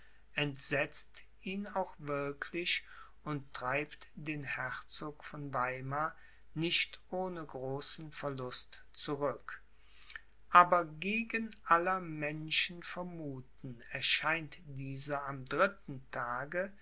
entsetzt ihn auch wirklich und treibt den herzog von weimar nicht ohne großen verlust zurück aber gegen aller menschen vermuthen erscheint dieser am dritten tage